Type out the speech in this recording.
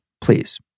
please